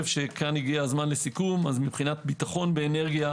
לסיכום, מבחינת ביטחון באנרגיה,